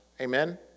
amen